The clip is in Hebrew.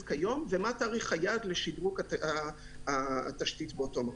כיום ומה תאריך היעד לשדרוג התשתית באותו מקום.